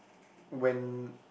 when